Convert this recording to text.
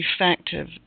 effective